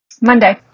Monday